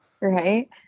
Right